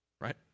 right